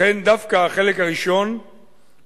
לכן, דווקא החלק הראשון בתוכניתנו